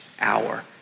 hour